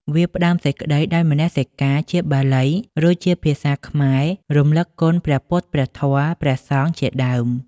វាផ្តើមសេចក្តីដោយនមស្ការជាបាលី រួចជាភាសាខ្មែររំលឹកគុណព្រះពុទ្ធ ព្រះធម៌ ព្រះសង្ឃជាដើម។